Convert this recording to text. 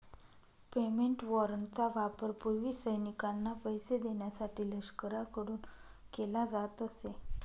payment वॉरंटचा वापर पूर्वी सैनिकांना पैसे देण्यासाठी लष्कराकडून केला जात असे